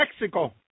Mexico